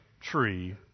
tree